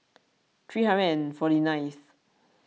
three hundred and forty nineth